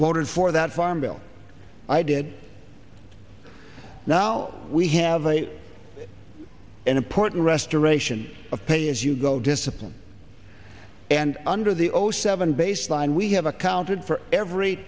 voted for that farm bill i did now we have a an important restoration of pay as you go discipline and under the ocean seven baseline we have accounted for every